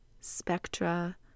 spectra